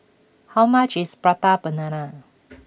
how much is Prata Banana